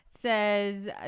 says